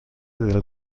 del